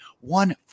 one